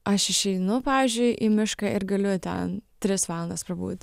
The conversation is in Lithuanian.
aš išeinu pavyzdžiui į mišką ir galiu ten tris valandas prabūt